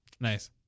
Nice